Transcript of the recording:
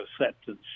acceptance